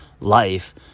life